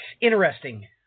interesting